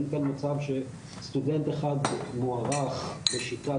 אין כאן מצב שסטודנט אחד מוערך בשיטת